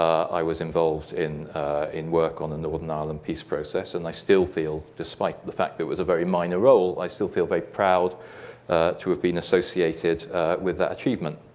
i was involved in in work on the northern ireland peace process and i still feel, despite the fact that it was a very minor role, i still feel very proud to have been associated with that achievement.